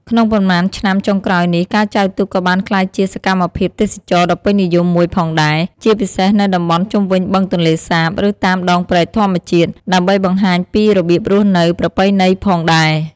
ក្នុងប៉ុន្មានឆ្នាំចុងក្រោយនេះ ការចែវទូកក៏បានក្លាយជាសកម្មភាពទេសចរណ៍ដ៏ពេញនិយមមួយផងដែរ ជាពិសេសនៅតំបន់ជុំវិញបឹងទន្លេសាប ឬតាមដងព្រែកធម្មជាតិ ដើម្បីបង្ហាញពីរបៀបរស់នៅប្រពៃណីផងដែរ។